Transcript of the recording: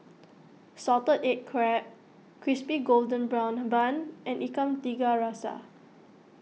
Salted Egg Crab Crispy Golden Brown Bun and Ikan Tiga Rasa